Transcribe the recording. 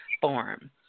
form